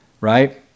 Right